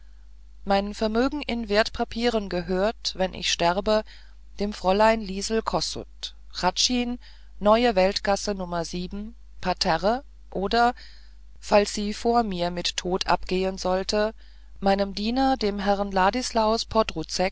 mein vermögen in wertpapieren gehört wenn ich sterbe dem fräulein liesel kossut hradschin neue welt gasse nr parterre oder falls sie vor mir mit tod abgehen sollte meinem diener dem herrn ladislaus